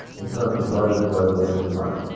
in terms of legislating is the money.